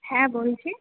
হ্যাঁ বলছি